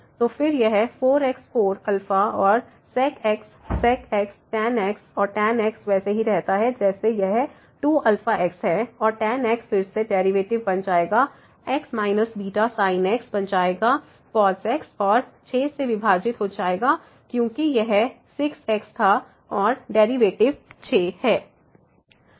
तो फिर यह 4x 4 अल्फ़ा और sec x sec x tan x और tan x वैसे ही रहता है जैसे यह 2αx है और tan x फिर से डेरिवेटिव बन जाएगा x β sin x बन जाएगा cos x और6 से विभाजित हो जाएगा क्योंकि यह 6 x था और डेरिवेटिव 6 है